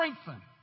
strengthen